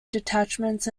detachments